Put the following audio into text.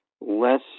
less